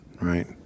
Right